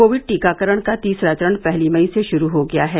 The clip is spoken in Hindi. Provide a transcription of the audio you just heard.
कोविड टीकाकरण का तीसरा चरण पहली मई से शुरू हो गया है